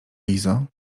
lizo